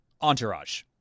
Entourage